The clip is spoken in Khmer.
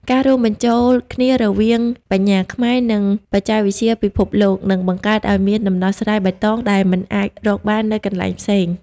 ការរួមបញ្ចូលគ្នារវាង "បញ្ញាខ្មែរ" និង "បច្ចេកវិទ្យាពិភពលោក" នឹងបង្កើតឱ្យមានដំណោះស្រាយបៃតងដែលមិនអាចរកបាននៅកន្លែងផ្សេង។